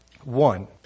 One